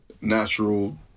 natural